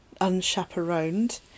unchaperoned